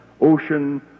ocean